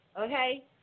Okay